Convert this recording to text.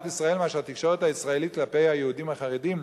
ישראל מאשר התקשורת הישראלית כלפי היהודים החרדים?